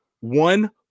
one